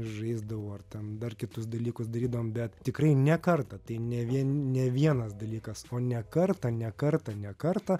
žaisdavo ar ten dar kitus dalykus darydavom bet tikrai ne kartą tai ne vien ne vienas dalykas o ne kartą ne kartą ne kartą